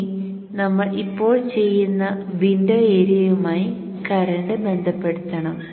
ഇനി നമ്മൾ ഇപ്പോൾ ചെയ്യുന്ന വിൻഡോ ഏരിയയുമായി കറന്റ് ബന്ധപ്പെടുത്തണം